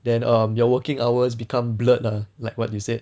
then um your working hours become blurred ah like what you said